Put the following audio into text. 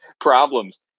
problems